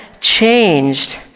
changed